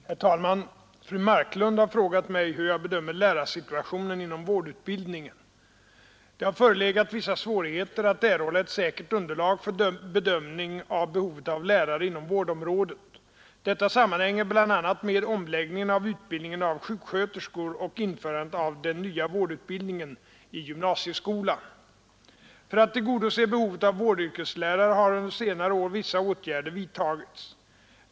Herr talman! Fru Marklund har frågat mig hur jag bedömer lärarsituationen inom vårdutbildningen. Det har förelegat vissa svårigheter att erhålla ett säkert underlag för bedömning av behovet av lärare inom vårdområdet. Detta sammanhänger bl.a. med omläggningen av utbildningen av sjuksköterskor och införandet av den nya vårdutbildningen i gymnasieskolan. För att tillgodose behovet av vårdyrkeslärare har under senare år vissa åtgärder vidtagits.